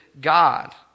God